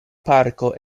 parko